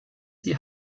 die